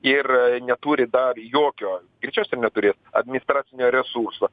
ir neturi dar jokio greičiausiai ir neturės administracinio resurso